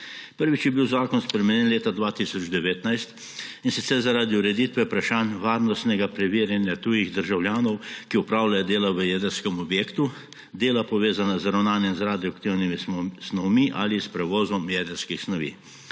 Prvič je bil zakon spremenjen leta 2019, in sicer zaradi ureditve vprašanj varnostnega preverjanja tujih državljanov, ki opravljajo dela v jedrskem objektu, dela povezana z ravnanjem z radioaktivnimi snovmi ali s prevozom jedrskih snovi.